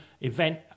event